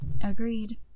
Agreed